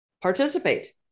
participate